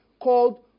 called